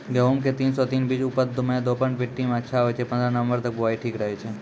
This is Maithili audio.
गेहूँम के तीन सौ तीन बीज उपज मे दोमट मिट्टी मे अच्छा होय छै, पन्द्रह नवंबर तक बुआई ठीक रहै छै